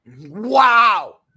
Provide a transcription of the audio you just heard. Wow